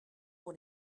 pour